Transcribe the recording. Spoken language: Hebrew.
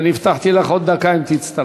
ואני הבטחתי לך עוד דקה, אם תצטרכי.